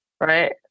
Right